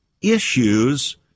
issues